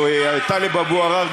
או טלב אבו עראר,